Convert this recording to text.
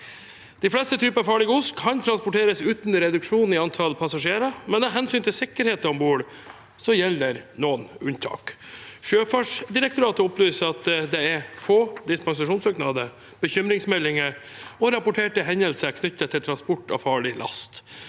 De fleste typer farlig gods kan transporteres uten reduksjon i antall passasjerer, men av hensyn til sikkerheten om bord gjelder det noen unntak. Sjøfartsdirektoratet opplyser at det er få dispensasjonssøknader, bekymringsmeldinger og rapporterte hendelser knyttet til transport av farlig last.